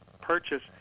purchase